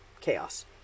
chaos